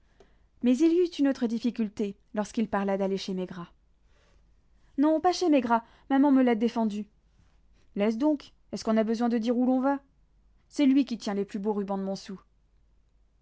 mais il y eut une autre difficulté quand il parla d'aller chez maigrat non pas chez maigrat maman me l'a défendu laisse donc est-ce qu'on a besoin de dire où l'on va c'est lui qui tient les plus beaux rubans de montsou